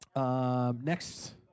Next